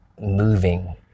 moving